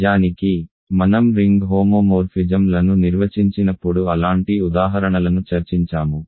నిజానికి మనం రింగ్ హోమోమోర్ఫిజమ్లను నిర్వచించినప్పుడు అలాంటి ఉదాహరణలను చర్చించాము